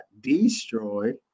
destroyed